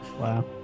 Wow